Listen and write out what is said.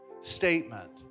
statement